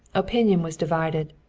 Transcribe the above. opinion was divided.